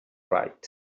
right